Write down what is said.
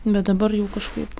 bet dabar jau kažkaip